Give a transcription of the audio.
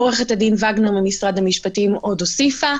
עו"ד וגנר ממשרד המשפטים עוד הוסיפה.